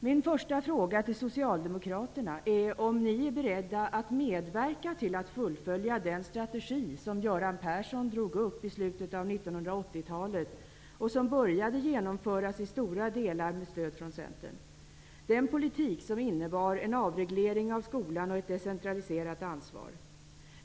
Min första fråga till Socialdemokraterna är om ni är beredda att medverka till att fullfölja den strategi som Göran Persson drog upp i slutet av 1980-talet och som i stora delar började genomföras med stöd från Centern. Det var en politik som innebar en avreglering av skolan och ett decentraliserat ansvar.